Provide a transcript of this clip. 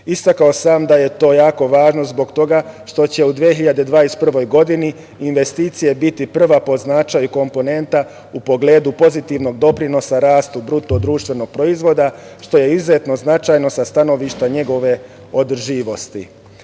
Istakao sam da je to jako važno zbog toga što će u 2021. godini investicije biti prva po značaju komponenta u pogledu pozitivnog doprinosa rastu BDP, što je izuzetno značajno sa stanovišta njegove održivosti. Zbog